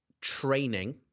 training